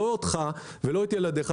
לא אותך ולא את ילדיך,